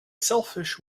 selfish